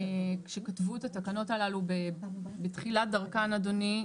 כשכתבו את התקנות הללו בתחילת דרכן אדוני,